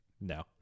No